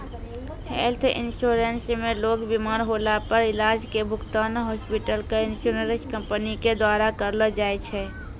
health insurance मे लोग बिमार होला पर इलाज के भुगतान हॉस्पिटल क इन्शुरन्स कम्पनी के द्वारा करलौ जाय छै